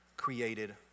created